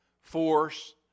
force